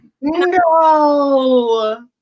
No